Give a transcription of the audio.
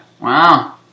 Wow